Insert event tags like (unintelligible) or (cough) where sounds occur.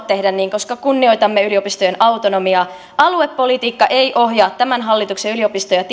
(unintelligible) tehdä niin koska kunnioitamme yliopistojen autonomiaa aluepolitiikka ei ohjaa tämän hallituksen yliopisto ja (unintelligible)